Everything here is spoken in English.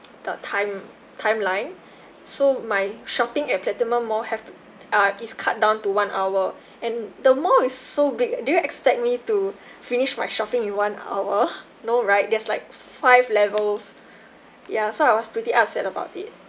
the time timeline so my shopping at platinum mall have to uh it's cut down to one hour and the mall is so big do you expect me to finish my shopping in one hour no right there's like five levels ya so I was pretty upset about it